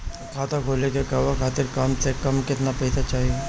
खाता खोले के कहवा खातिर कम से कम केतना पइसा चाहीं?